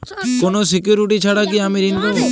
কোনো সিকুরিটি ছাড়া কি আমি ঋণ পাবো?